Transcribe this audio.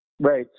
Right